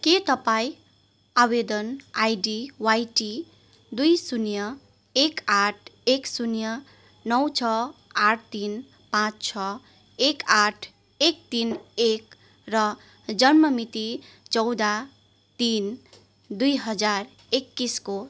के तपाईँ आवेदन आइडी वाइटी दुई शून्य एक आठ एक शून्य नौ छ आठ तिन पाँच छ एक आठ एक तिन एक र जन्म मिति चौध तिन दुई हजार एक्काइसको